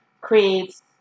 creates